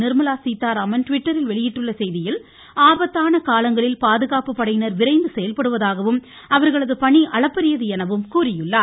நிர்மலா சீதாராமன் ட்விட்டரில் வெளியிட்டுள்ள செய்தியில் ஆபத்தான காலங்களில் பாதுகாப்பு படையினர் விரைந்து செயல்படுவதாகவும் அவர்களது பணி அளப்பரியது எனவும் கூறியுள்ளார்